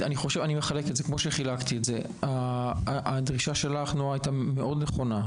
נעה, הדרישה שלך היתה מאוד נכונה.